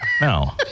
No